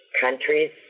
countries